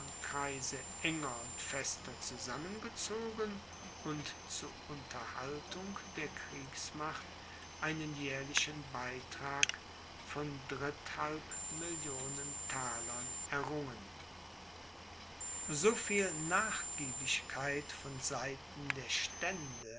enger und fester zusammengezogen und zu unterhaltung der kriegsmacht einen jährlichen beitrag von dritthalb millionen thalern errungen so viel nachgiebigkeit von seiten der stände